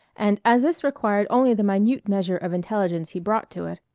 and as this required only the minute measure of intelligence he brought to it,